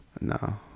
No